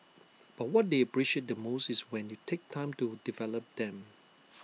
but what they appreciate the most is when you take time to develop them